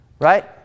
right